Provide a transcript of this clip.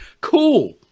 Cool